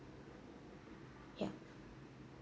yup